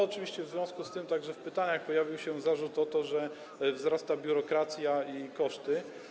Oczywiście w związku z tym także w pytaniach pojawił się zarzut o to, że wzrastają biurokracja i koszty.